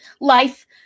life